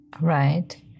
Right